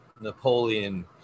napoleon